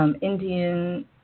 Indian